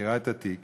מכירה את התיק